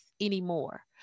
anymore